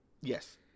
Yes